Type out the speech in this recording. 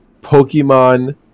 Pokemon